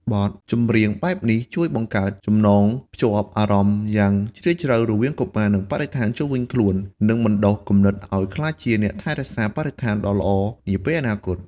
បទចម្រៀងបែបនេះជួយបង្កើតចំណងភ្ជាប់អារម្មណ៍យ៉ាងជ្រាលជ្រៅរវាងកុមារ និងបរិស្ថានជុំវិញខ្លួន និងបណ្ដុះគំនិតឲ្យក្លាយជាអ្នកថែរក្សាបរិស្ថានដ៏ល្អនាពេលអនាគត។